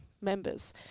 members